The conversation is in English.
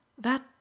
That